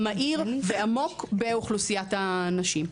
מהיר ועמוק באוכלוסיית הנשים.